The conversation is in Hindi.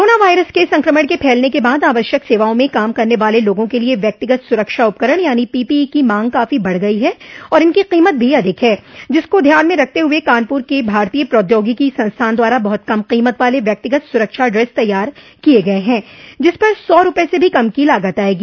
कोरोना वायरस के संक्रमण के फैलने के बाद आवश्यक सेवाओं में काम करने वाले लोगों के लिए व्यक्तिगत सुरक्षा उपकरण यानी पीपीई की मांग काफी बढ़ गई है और इनकी कीमत भी अधिक है जिसको ध्यान में रखते हुए कानपुर के भारतीय प्रौद्योगिकी संस्थान द्वारा बहुत कम कीमत वाले व्यक्तिगत सुरक्षा ड्रेस तैयार किया गया है जिस पर सौ रूपये से भी कम की लागत आयेगी